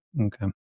okay